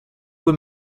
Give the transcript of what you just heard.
were